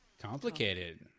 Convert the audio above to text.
Complicated